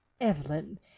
evelyn